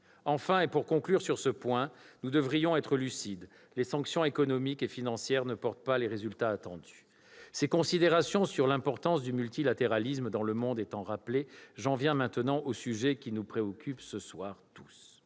Russie. Pour conclure sur ce point, nous devrions être lucides : les sanctions économiques et financières n'apportent pas les résultats attendus. Ces considérations sur l'importance du multilatéralisme dans le monde étant rappelées, j'en viens maintenant au sujet qui nous préoccupe tous